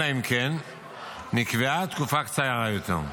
אלא אם כן נקבעה תקופה קצרה יותר.